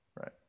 right